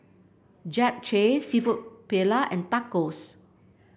Japchae seafood Paella and Tacos